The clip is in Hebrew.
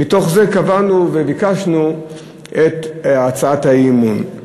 מתוך זה קבענו וביקשנו את הצעת האי-אמון.